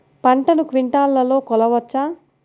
పంటను క్వింటాల్లలో కొలవచ్చా?